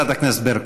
חברת הכנסת ברקו.